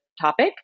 topic